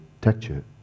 texture